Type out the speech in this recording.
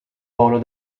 polo